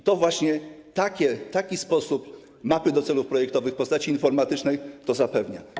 I właśnie taki sposób - mapy do celów projektowych w postaci informatycznej - to zapewnia.